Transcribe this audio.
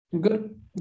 Good